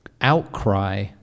outcry